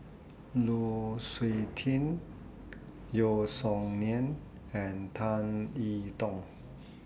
Lu Suitin Yeo Song Nian and Tan I Tong